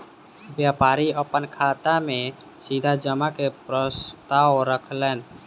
व्यापारी अपन खाता में सीधा जमा के प्रस्ताव रखलैन